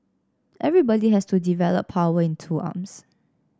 everybody has to develop power in two arms